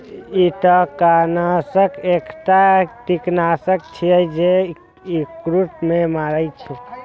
कृंतकनाशक एकटा कीटनाशक छियै, जे कृंतक के मारै छै